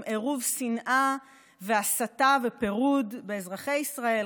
עירוב שנאה והסתה ופירוד באזרחי ישראל.